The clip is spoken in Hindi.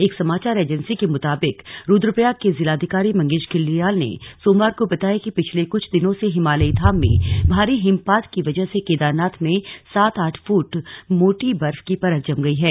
एक समाचार एजेंसी के मुताबिक रूद्रप्रयाग के जिलाधिकारी मंगेश घिल्डियाल ने सोमवार को बताया कि पिछले कुछ दिनों से हिमालयी धाम में भारी हिमपात की वजह से केदारनाथ में सात आठ फूट मोटी बर्फ की परत जम गयी है